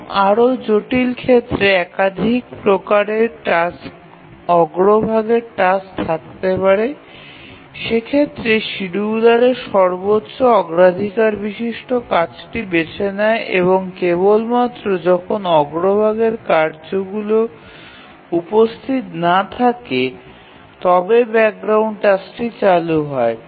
এবং আরও জটিল ক্ষেত্রে একাধিক প্রকারের অগ্রভাগের টাস্ক থাকতে পারে সেক্ষেত্রে শিডিয়ুলারের সর্বোচ্চ অগ্রাধিকার বিশিষ্ট কাজটি বেছে নেয় এবং কেবলমাত্র যখন অগ্রভাগের কাজগুলি উপস্থিত না থাকে তবে ব্যাকগ্রাউন্ড টাস্কটি চালু হয়